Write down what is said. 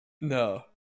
No